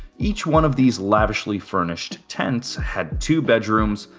each one of these lavishly furnished tents had two bedrooms,